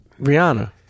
Rihanna